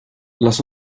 lass